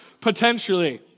potentially